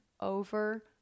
over